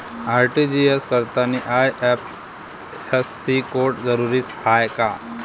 RTGS करतांनी IFSC code जरुरीचा हाय का?